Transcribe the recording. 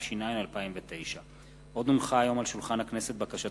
רוברט אילטוב ואברהם מיכאלי וקבוצת חברי הכנסת,